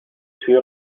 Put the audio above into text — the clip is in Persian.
توی